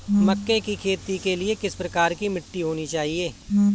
मक्के की खेती के लिए किस प्रकार की मिट्टी होनी चाहिए?